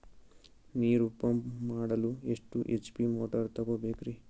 ನೀರು ಪಂಪ್ ಮಾಡಲು ಎಷ್ಟು ಎಚ್.ಪಿ ಮೋಟಾರ್ ತಗೊಬೇಕ್ರಿ?